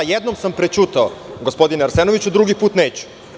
Jednom sam prećutao gospodine Arsenoviću, drugi put neću.